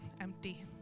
empty